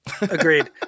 Agreed